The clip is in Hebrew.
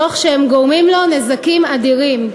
תוך שהם גורמים לו נזקים אדירים.